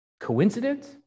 Coincidence